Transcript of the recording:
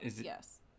Yes